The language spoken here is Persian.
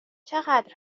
چقدر